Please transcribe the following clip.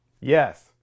Yes